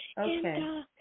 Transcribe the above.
Okay